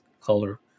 color